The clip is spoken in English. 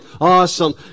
awesome